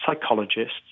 psychologists